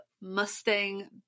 Mustang